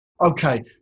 Okay